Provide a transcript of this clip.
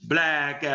Black